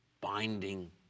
binding